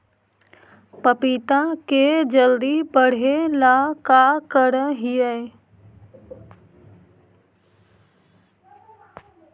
पपिता के जल्दी बढ़े ल का करिअई?